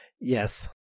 Yes